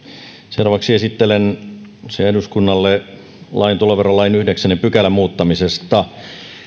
seuraavaksi esittelen eduskunnalle lain tuloverolain yhdeksännen pykälän muuttamisesta